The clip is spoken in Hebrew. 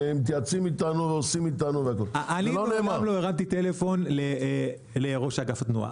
אני, אבי, מעולם לא הרמתי טלפון לראש אגף התנועה.